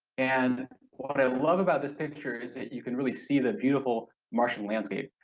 and what i love about this picture is that you can really see the beautiful martian landscape,